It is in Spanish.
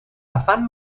afán